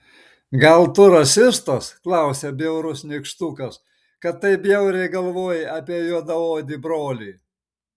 gal tu rasistas klausia bjaurus nykštukas kad taip bjauriai galvoji apie juodaodį brolį